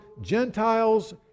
Gentiles